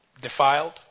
defiled